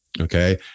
okay